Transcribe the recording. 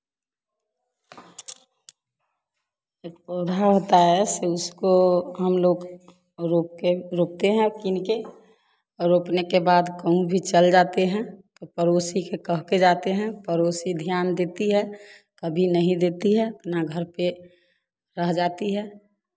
पौधा होता है सिउस उसको हम लोग रोपके रोपते हैं किन कर रोपने के बाद कहीं भी चल जाते हैं पड़ोसी को कह कर जाते हैं पड़ोसी ध्यान देती है कभी कभी नहीं देती है अपना घर पर रह जाती है